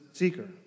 seeker